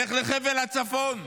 לך לחבל הצפון.